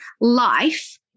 life